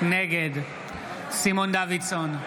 נגד סימון דוידסון,